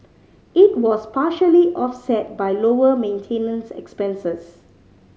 it was partially offset by lower maintenance expenses